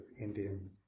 Indian